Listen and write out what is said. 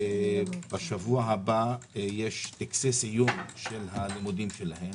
ובשבוע הבא יש טקס סיום של הלימודים שלהם,